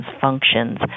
functions